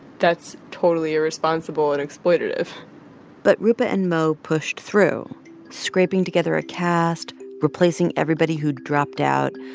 that's totally irresponsible and exploitative but roopa and mo pushed through scraping together a cast, replacing everybody who'd dropped out.